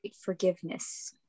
forgiveness